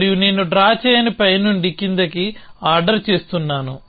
మరియు నేను డ్రా చేయని పై నుండి క్రిందికి ఆర్డర్ చేస్తున్నాను